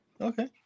Okay